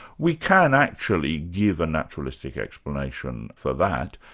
we can actually give a naturalistic explanation for that.